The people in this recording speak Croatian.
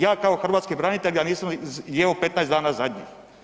Ja kao hrvatski branitelj, ja nisam jeo 15 dana zadnjih.